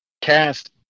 cast